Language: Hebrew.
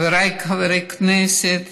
חבריי חברי הכנסת,